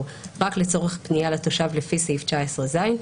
רק לצורך פנייה לתושב לפי סעיף 19ז,